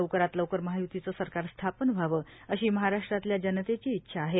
लवकरात लवकर महायुतीचं सरकार स्थापन व्हावं अशी महाराष्ट्रातल्या जनतेची इच्छा आहे